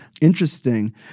Interesting